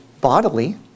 bodily